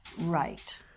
Right